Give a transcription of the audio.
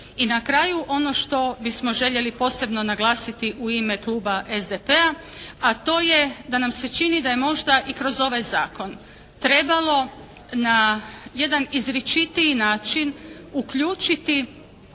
I na kraju ono što bismo željeli posebno naglasiti u ime Kluba SDP-a, a to je da nam se čini da je možda i kroz ovaj zakon trebalo na jedan izričitiji način uključiti